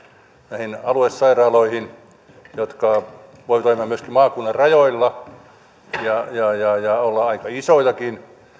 näihin aluesairaaloihin jotka voivat toimia myöskin maakunnan rajoilla ja olla aika isojakin